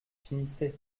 finissez